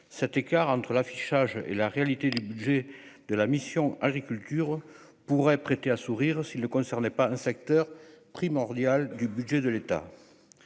cet écart entre l'affichage et la réalité du budget de la mission Agriculture pourrait prêter à sourire si le concernait pas un secteur primordial du budget de l'État,